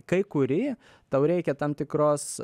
kai kuri tau reikia tam tikros